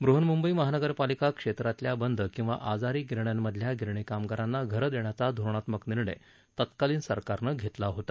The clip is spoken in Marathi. ब्रहन्मुंबई महानगरपालिका क्षेत्रातल्या बंद किंवा आजारी गिरण्यांमधल्या गिरणी कामगारांना घरं देण्याचा धोरणात्मक निर्णय तत्कालीन सरकारनं घेतला होता